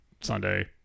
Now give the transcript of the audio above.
Sunday